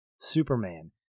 Superman